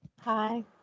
Hi